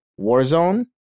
Warzone